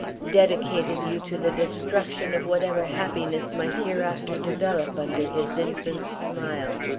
dedicated you to the destruction of whatever happiness might hereafter develop under his infant's smile?